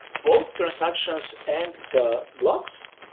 both transactions and the blocks,